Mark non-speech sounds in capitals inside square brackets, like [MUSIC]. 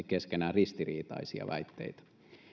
[UNINTELLIGIBLE] keskenään merkittävästi ristiriitaisia väitteitä